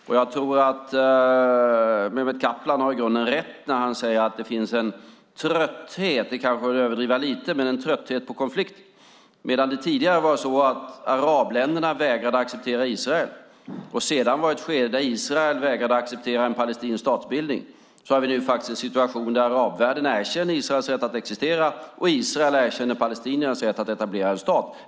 Även om det kanske är att överdriva lite tror jag att Mehmet Kaplan i grunden har rätt när han säger att det finns en trötthet på konflikt. Medan arabländerna tidigare vägrade att acceptera Israel och vi sedan hade ett skede där Israel vägrade att acceptera en palestinsk statsbildning har vi nu en situation där arabvärlden erkänner Israels rätt att existera och Israel erkänner palestiniernas rätt att etablera en stat.